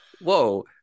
Whoa